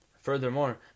Furthermore